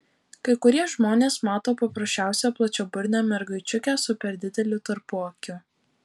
kai kurie žmonės mato paprasčiausią plačiaburnę mergaičiukę su per dideliu tarpuakiu